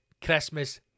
Christmas